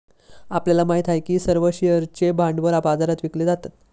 आपल्याला माहित आहे का की सर्व शेअर्सचे भांडवल बाजारात विकले जातात?